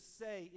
say